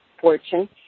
fortune